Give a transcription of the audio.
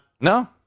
No